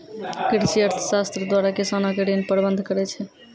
कृषि अर्थशास्त्र द्वारा किसानो के ऋण प्रबंध करै छै